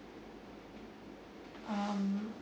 um